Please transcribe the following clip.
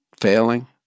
failing